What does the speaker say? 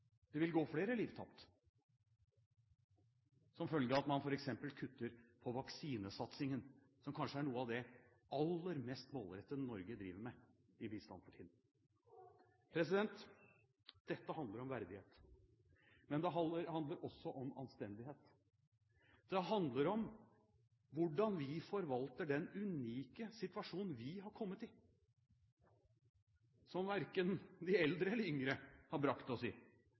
Det vil gå flere liv tapt som følge av at man f.eks. kutter på vaksinesatsingen, som kanskje er noe av det aller mest målrettede Norge for tiden driver med innen bistand. Dette handler om verdighet. Men det handler også om anstendighet. Det handler om hvordan vi forvalter den unike situasjonen vi har kommet i, som verken de eldre eller yngre har brakt oss i,